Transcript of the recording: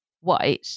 white